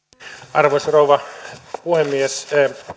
arvoisa rouva puhemies